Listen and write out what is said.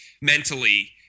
mentally